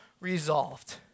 resolved